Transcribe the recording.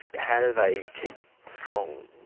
how do they keep strong?